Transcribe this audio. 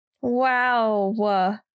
Wow